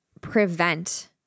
prevent